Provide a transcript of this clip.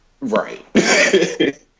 right